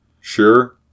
Sure